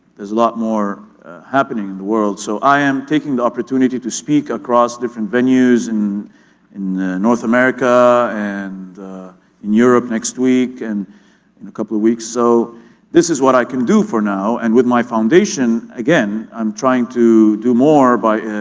there's a lot more happening in the world so i am taking the opportunity to speak across different venues in in north america and in europe next week and in a couple of weeks, so this is what i can do for now and with my foundation again i'm trying to do more by